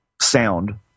sound